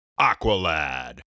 Aqualad